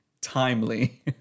timely